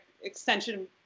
extension